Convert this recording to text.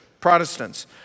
Protestants